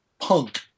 punk